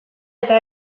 eta